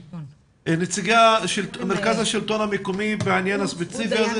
נציגת מרכז השלטון המקומי בעניין הספציפי הזה.